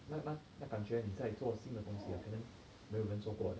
那那那感觉你在做新的东西啊可能没有人做过的